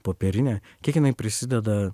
popierinė kiek jinai prisideda